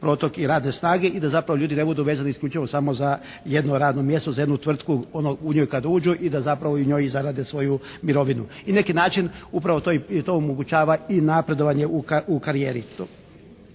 protok i radne snage i da zapravo ljudi ne budu vezani isključivo samo za jedno radno mjesto, za jednu tvrtku, ono u nju kad uđu i da zapravo i u njoj i zarade svoju mirovinu. I neki način upravo to i omogućava i napredovanje u karijeri.